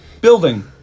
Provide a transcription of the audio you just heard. building